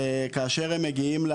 וכאשר הם מגיעים,